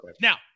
Now